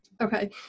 Okay